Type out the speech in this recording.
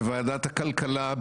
בוועדת הכלכלה,